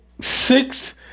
six